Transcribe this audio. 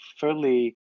fairly